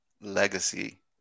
legacy